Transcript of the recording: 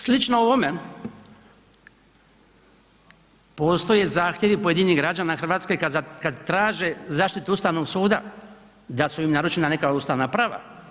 Slično ovome postoje zahtjevi pojedinih građana Hrvatske kad traže zaštitu Ustavnog suda da su im narušena neka ustavna prava.